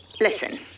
Listen